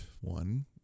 one